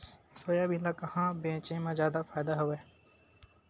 Soybean ल कहां बेचे म जादा फ़ायदा हवय?